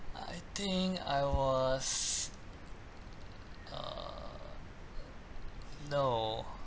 I think I was err no